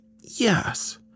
Yes